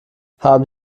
haben